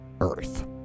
Earth